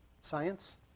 science